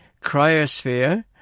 cryosphere